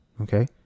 okay